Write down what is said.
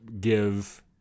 give